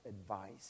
advice